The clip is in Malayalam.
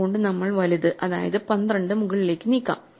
അതുകൊണ്ട് നമ്മൾ വലുത് അതായത് 12 മുകളിലേക്ക് നീക്കാം